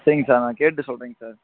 சரிங்க சார் நான் கேட்டு சொல்கிறேங்க சார்